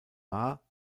war